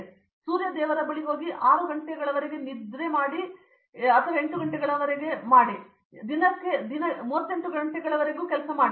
ಆದ್ದರಿಂದ ಸೂರ್ಯದೇವರಿಗೆ ಹೋಗಿ ಮತ್ತು 6 ಗಂಟೆಗಳವರೆಗೆ ವಿಸ್ತರಿಸಿ ಮತ್ತು 8 ಗಂಟೆಗಳವರೆಗೆ ಮಾಡಿ ಮತ್ತು ದಿನಕ್ಕೆ 32 ಗಂಟೆಗಳವರೆಗೆ ಮಾಡಿ